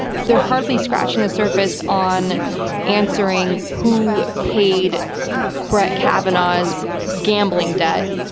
they're hardly scratching the surface on answering who paid brett kavanaugh's gambling debt.